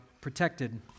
protected